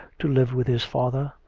to live with his father,